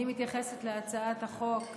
אני מתייחסת להצעת החוק,